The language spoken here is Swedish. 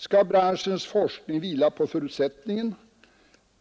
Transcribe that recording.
Skall branschens forskning vila på förutsättningen